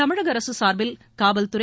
தமிழக அரசு சார்பில் காவல்துறை